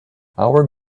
our